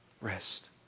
Rest